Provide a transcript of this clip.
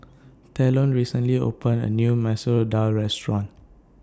Talon recently opened A New Masoor Dal Restaurant